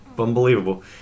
unbelievable